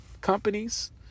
companies